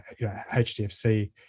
HDFC